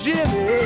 Jimmy